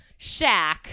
Shaq